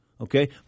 okay